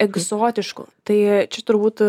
egzotiškų tai čia turbūt